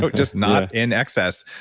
but just not in excess.